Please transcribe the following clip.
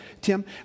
Tim